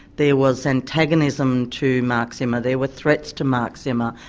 there was antagonism to mark zimmer, there were threats to mark zimmer,